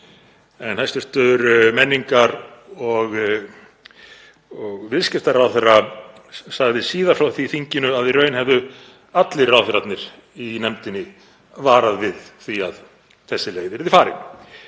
en hæstv. menningar- og viðskiptaráðherra sagði síðar frá því í þinginu að í raun hefðu allir ráðherrarnir í nefndinni varað við því að þessi leið yrði farin.